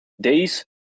days